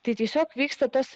tai tiesiog vyksta tas